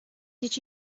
did